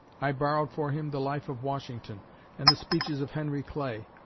i borrowed for him the life of washington and the speeches of henry clay.